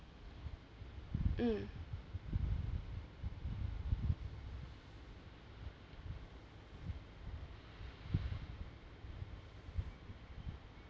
um